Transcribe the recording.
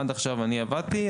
עד עכשיו אני עבדתי,